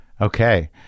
okay